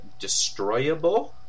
destroyable